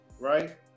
right